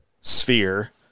sphere